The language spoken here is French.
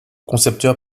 concepteur